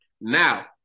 Now